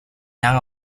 han